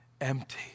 empty